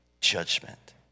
judgment